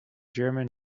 german